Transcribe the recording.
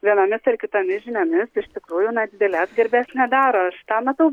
vienomis ar kitomis žiniomis iš tikrųjų na didelės garbės nedaro aš tą matau